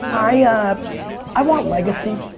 i i want legacy.